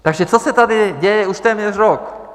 Takže co se tady děje už téměř rok?